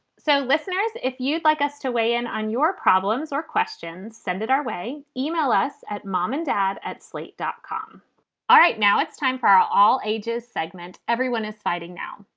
so, listeners, if you'd like us to weigh in on your problems or questions, send it our way. email us at mom and dad at slate dot com all right. now it's time for our all ages segment. everyone is fighting now.